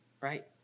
right